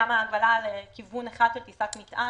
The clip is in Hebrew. חשבנו שההגבלה על כיוון אחד של טיסת מטען